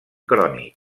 crònic